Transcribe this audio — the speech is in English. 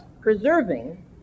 preserving